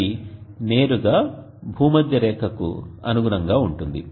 అది నేరుగా భూమధ్యరేఖకు అనుగుణంగా ఉంటుంది